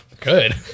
good